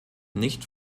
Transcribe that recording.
nicht